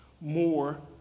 more